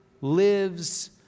lives